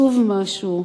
עצוב משהו,